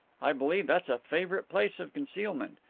i believe that's a favourite place of concealment.